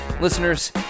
listeners